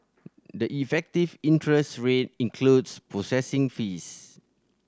the effective interest rate includes processing fees